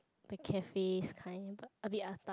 the cafes kind a bit atas